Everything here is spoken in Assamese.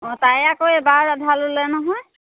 অঁ তাই আকৌ এইবাৰ ৰাধা ল'লে নহয়